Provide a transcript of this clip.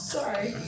Sorry